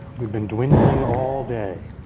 we've been dwindling all day.